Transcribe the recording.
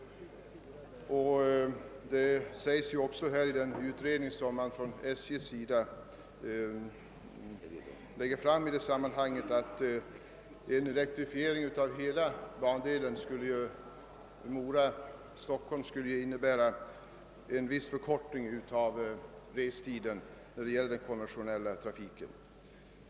Det framhålles också i den utredning som SJ lägger fram att en elektrifiering av hela bandelen Mora—Stockholm skulle innebära en viss förkortning av restiden för den konventionella trafiken.